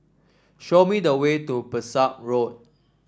show me the way to Pesek Road